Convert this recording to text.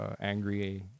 angry